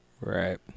Right